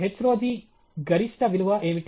H రో జి గరిష్ట విలువ ఏమిటి